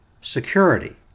security